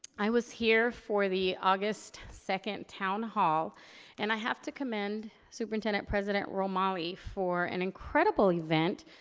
i was here for the august second town hall and i have to commend superintendent-president ramali for an incredible event.